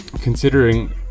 considering